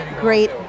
great